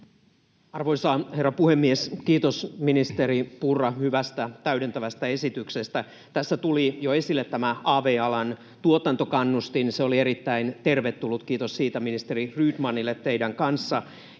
Arvoisa herra puhemies! Kiitos, ministeri Purra, hyvästä täydentävästä esityksestä. Tässä tuli jo esille tämä av-alan tuotantokannustin, se oli erittäin tervetullut. Kiitos siitä ministeri Rydmanille teidän kanssanne.